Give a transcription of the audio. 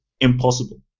Impossible